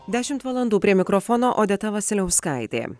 dešimt valandų prie mikrofono odeta vasiliauskaitė